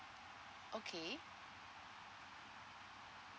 okay